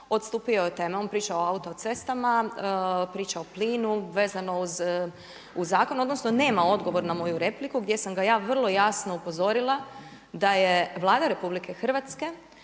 odstupio je od teme. On priča o autocestama, priča o plinu vezano uz zakon, odnosno nema odgovor na moju repliku gdje sam ga ja vrlo jasno upozorila da je Vlada RH prekršila